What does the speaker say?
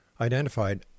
identified